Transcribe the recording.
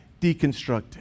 deconstructed